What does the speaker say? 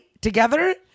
together